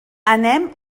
anem